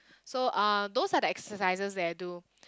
so uh those are the exercises that I do